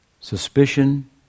Suspicion